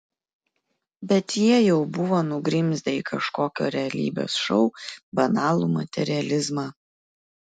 bet jie jau buvo nugrimzdę į kažkokio realybės šou banalų materializmą